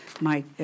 Mike